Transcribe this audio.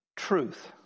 truth